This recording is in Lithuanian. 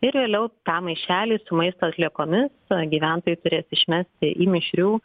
ir vėliau tą maišelį su maisto atliekomis gyventojai turės išmesti į mišrių